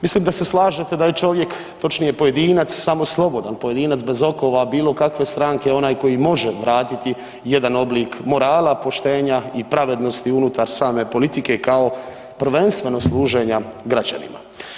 Mislim da se slažete da je čovjek, točnije pojedinac samo slobodan pojedinac bez okova bilo kakve stranke onaj koji može vratiti jedan oblik morala, poštenja i pravednosti unutar same politike kao prvenstveno služenja građanima.